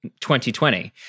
2020